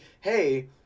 hey